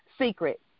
secret